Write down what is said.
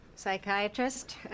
psychiatrist